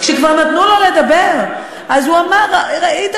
כשכבר נתנו לו לדבר, צודקת חברתי יעל גרמן.